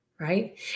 right